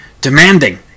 demanding